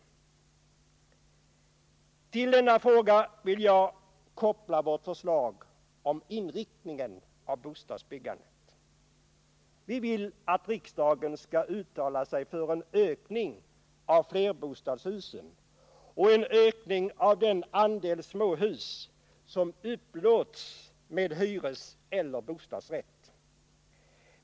Till denna fråga vill jag koppla vårt förslag om inriktningen av bostadsbyggandet. Vi vill att riksdagen skall uttala sig för en ökning av flerbostadshusen och en ökning av den andel småhus som upplåts med hyreseller bostadsrätt.